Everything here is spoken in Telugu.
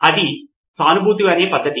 ఇది సానుభూతి అనే పద్ధతి